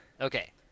Okay